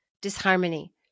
disharmony